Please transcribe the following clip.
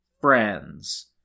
friends